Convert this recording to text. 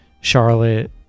Charlotte